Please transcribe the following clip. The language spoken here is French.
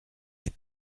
les